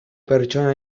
pertsona